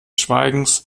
schweigens